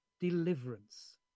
deliverance